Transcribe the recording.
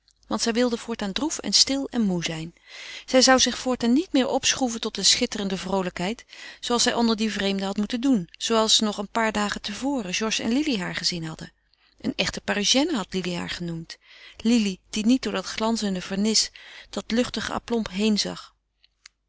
want zij wilde voortaan droef en stil en moê zijn zij zou zich voortaan niet meer opschroeven tot eene schitterende vroolijkheid zooals zij onder die vreemden had moeten doen zooals nog een paar dagen te voren georges en lili haar gezien hadden een echte parisienne had lili haar genoemd lili die niet door dat glanzende vernis dat luchtige aplomb heenzag